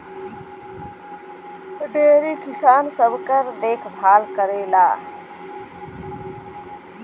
dairy किसान सबकर देखभाल करेला